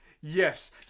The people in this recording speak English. Yes